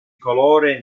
colore